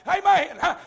amen